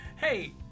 Hey